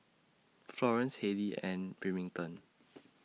Florence Halley and Remington